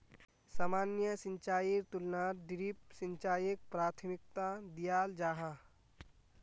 सामान्य सिंचाईर तुलनात ड्रिप सिंचाईक प्राथमिकता दियाल जाहा